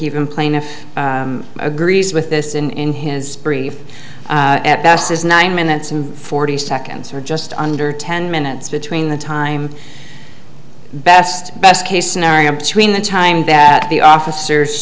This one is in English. even plaintiff agrees with this in in his brief at best is nine minutes and forty seconds or just under ten minutes between the time best best case scenario between the time that the officers